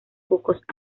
pocos